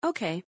Okay